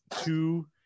two